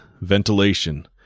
Ventilation